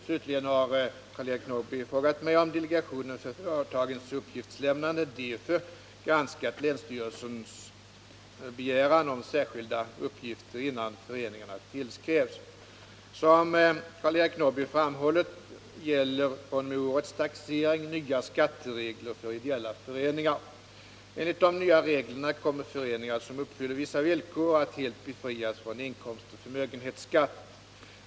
Slutligen har Karl-Eric Norrby frågat mig om delegationen för företagens uppgiftslämnande, DEFU, granskat länsstyrelsernas begäran om särskilda uppgifter innan föreningarna tillskrevs. Som Karl-Eric Norrby framhållit gäller fr.o.m. årets taxering nya skatteregler för ideella föreningar. Enligt de nya reglerna kommer föreningar som uppfyller vissa villkor att helt befrias från inkomstoch förmögenhetsskatt.